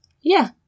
Yeah